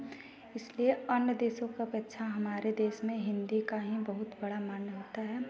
इसलिए अन्य देशों की अपेक्षा हमारे देश में हिंदी का ही बहुत बड़ा मान्य होता है